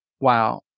wow